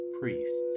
priests